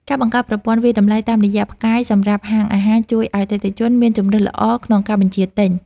ការបង្កើតប្រព័ន្ធវាយតម្លៃតាមរយ:ផ្កាយសម្រាប់ហាងអាហារជួយឱ្យអតិថិជនមានជម្រើសល្អក្នុងការបញ្ជាទិញ។